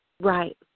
Right